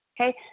okay